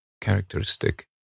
characteristic